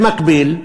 במקביל,